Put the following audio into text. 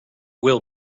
will